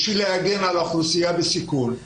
כדי להגן על אוכלוסייה בסיכון.